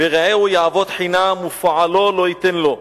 ברעהו יעבד חנם ופעלו לא יתן לו.